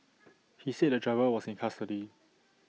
he said the driver was in custody